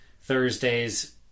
Thursdays